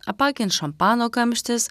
apakins šampano kamštis